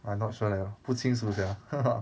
I not sure leh 不清楚 liao